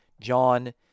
John